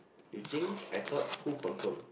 you think I thought who confirm